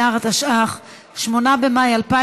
יש לי משהו לומר שבעיניי הוא מאוד חשוב.